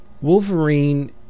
Wolverine